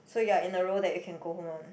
so you are in the role that you can go home ah